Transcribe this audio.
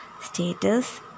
status